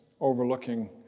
overlooking